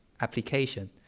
application